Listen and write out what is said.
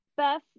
Beth